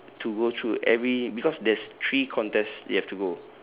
to go through every because there's three contest they have to go